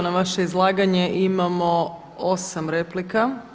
Na vaše izlaganje imamo 8 replika.